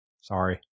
Sorry